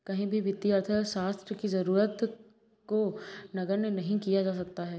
कहीं भी वित्तीय अर्थशास्त्र की जरूरत को नगण्य नहीं किया जा सकता है